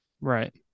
Right